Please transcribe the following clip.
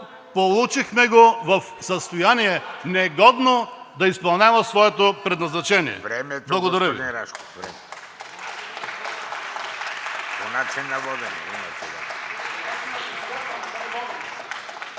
Получихме го в състояние, негодно да изпълнява своето предназначение. Благодаря Ви.